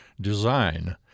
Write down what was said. design